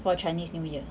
for chinese new year